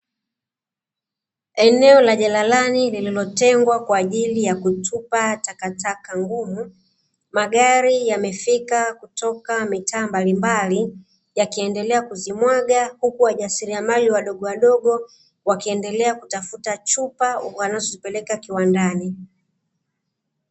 Eneo la jalalani lililotengwa kwa ajili ya kutupa takataka ngumu. Magari yamefika kutoka mitaa mbalimbali yakiendelea kuzimwaga, huku wajasiliamali wadogowadogo wakiendelea kutafuta chupa wanazozipeleka viwandani.